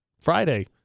Friday